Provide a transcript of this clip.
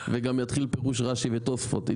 וגם יתחיל פירוש רש"י ותוספות.